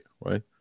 right